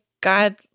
God